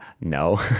No